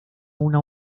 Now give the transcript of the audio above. una